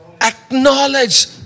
acknowledge